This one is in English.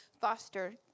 foster